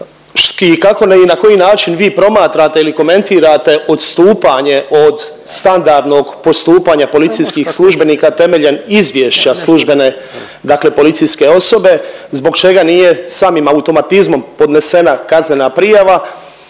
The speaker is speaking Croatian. kako i na koji način vi promatrate ili komentirate odstupanje od standardnog postupanja policijskih službenika temeljem izvješća službene dakle policijske osobe, zbog čega nije samim automatizmom podnesena kaznena prijava,